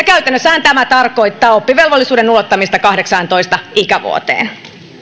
käytännössähän tämä tarkoittaa oppivelvollisuuden ulottamista kahdeksaantoista ikävuoteen